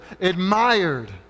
admired